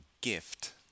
gift